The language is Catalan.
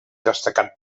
destacat